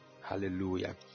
Hallelujah